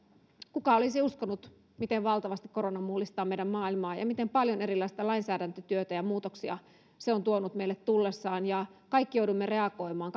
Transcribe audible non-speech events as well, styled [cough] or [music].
kuka olisi uskonut miten valtavasti korona mullistaa meidän maailmaa ja miten paljon erilaista lainsäädäntötyötä ja muutoksia se on tuonut meille tullessaan kaikki joudumme reagoimaan [unintelligible]